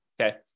okay